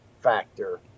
factor